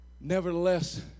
Nevertheless